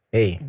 Hey